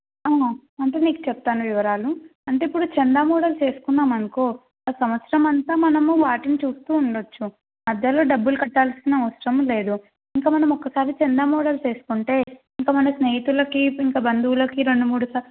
అంటే నీకు చెప్తాను వివరాలు అంటే ఇప్పుడు చందా మోడల్స్ వేసుకున్నామనుకో అది సంవత్సరమంతా మనము వాటిని చూస్తూ ఉండచ్చు మధ్యలో డబ్బులు కట్టాల్సిన అవసరం లేదు ఇంక మనమొకసారి చందా మోడల్స్ ఏసుకుంటే ఇంక మన స్నేహితులకి ఇంక బంధువులకి రెండు మూడు సార్లు